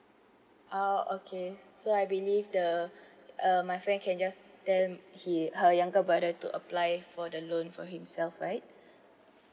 ah okay so I believe the uh my friend can just tell he her younger brother to apply for the loan for himself right